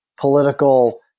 political